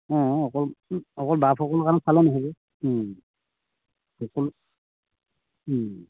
অঁ অকল অকল বাপসকলৰ ফালে নহ'ব সকলো